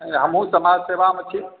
हमहूँ समाजसेवा मे छी